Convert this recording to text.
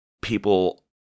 people